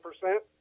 percent